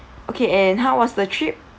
okay and how was the trip